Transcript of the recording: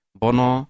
bono